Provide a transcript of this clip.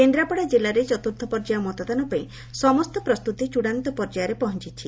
କେନ୍ଦ୍ରାପଡ଼ା ଜିଲ୍ଲାରେ ଚତୁର୍ଥ ପର୍ଯ୍ୟାୟ ମତଦାନ ପାଇଁ ସମସ୍ତ ପ୍ରସ୍ତୁତି ଚୂଡ଼ାନ୍ତ ପର୍ଯ୍ୟାୟରେ ପହଞ୍ଚିଛି